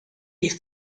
les